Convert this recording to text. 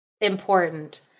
important